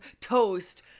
toast